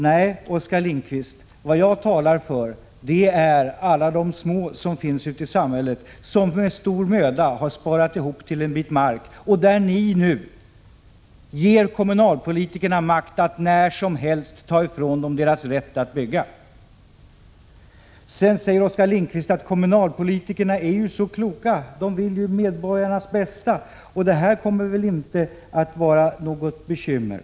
Nej, Oskar Lindkvist, jag talar för alla de små som finns ute i samhället, som med stor möda har sparat ihop till en bit mark. Ni ger nu kommunalpolitikerna makt att när som helst ta ifrån dem deras rätt att bygga. Oskar Lindkvist säger sedan: Kommunalpolitikerna är mycket kloka och de vill medborgarnas bästa. Detta kommer inte att innebära något bekymmer.